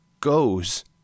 goes